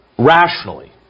rationally